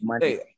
Hey